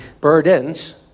Burdens